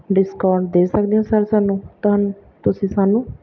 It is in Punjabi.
ਡਿਸਕਾਉਂਟ ਦੇ ਸਕਦੇ ਹੋ ਸਰ ਸਾਨੂੰ ਤੁਹਾ ਤੁਸੀਂ ਸਾਨੂੰ